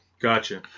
gotcha